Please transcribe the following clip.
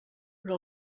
però